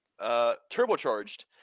turbocharged